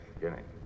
Beginning